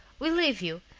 we'll leave you,